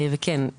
וכן,